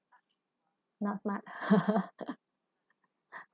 not smart